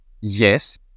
Yes